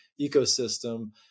ecosystem